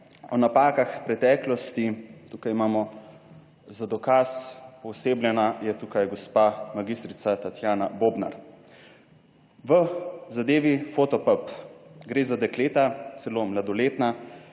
o napakah preteklosti, tukaj imamo za dokaz, poosebljena je tukaj gospa mag. Tatjana Bobnar. V zadevi Fotopub gre za dekleta, celo mladoletna,